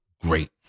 great